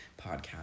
podcast